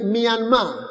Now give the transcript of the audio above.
Myanmar